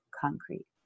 concrete